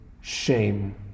shame